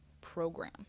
program